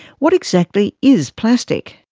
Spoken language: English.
what exactly is plastic?